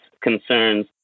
concerns